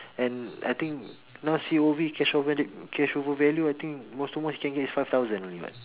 and I think now C_O_V cash over value cash over value I think most to most he can get is five thousand only [what]